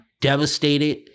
devastated